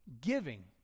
giving